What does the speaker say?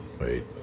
wait